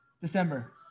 December